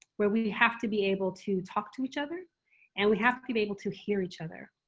where we have to be able to talk to each other and we have to be able to hear each other.